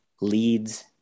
leads